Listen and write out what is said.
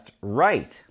right